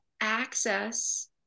access